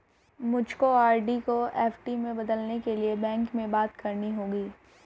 मुझको आर.डी को एफ.डी में बदलने के लिए बैंक में बात करनी होगी